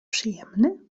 przyjemny